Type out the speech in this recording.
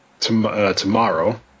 Tomorrow